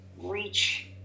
reach